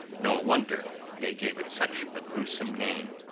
no wonder they gave it such a gruesome name.